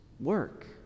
work